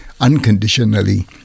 unconditionally